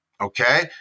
okay